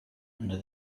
under